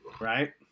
Right